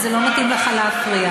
וזה לא מתאים לך להפריע.